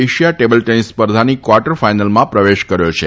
Asia table tennis સ્પર્ધાની quarter ફાઇનલમાં પ્રવેશ કર્યો છે